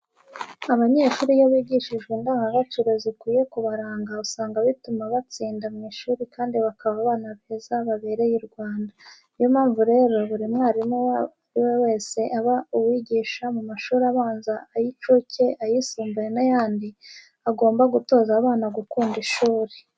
Abanyeshuri iyo bigishijwe indangadaciro zikwiye kubaranga usanga bituma batsinda mu ishuri kandi bakaba abana beza babereye u Rwanda. Niyo mpamvu rero buri mwarimu uwo ari we wese yaba uwigisha mu mashuri abanza, ay'incuke, ayisumbuye n'ayandi agomba gutoza abana gukunda ishuri.